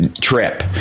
trip